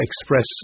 express